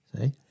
See